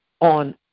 on